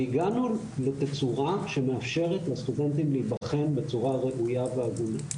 והגענו לתצורה שמאפשרת לסטודנטים להיבחן בצורה ראויה והגונה,